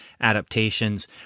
adaptations